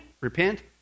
repent